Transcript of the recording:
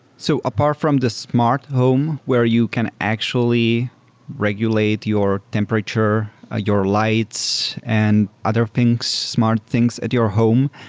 so apart from the smart home where you can actually regulate your temperature, ah your lights and other things, smart things at your home,